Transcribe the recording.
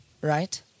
right